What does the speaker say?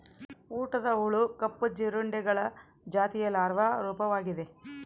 ಊಟದ ಹುಳು ಕಪ್ಪು ಜೀರುಂಡೆಗಳ ಜಾತಿಯ ಲಾರ್ವಾ ರೂಪವಾಗಿದೆ